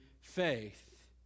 faith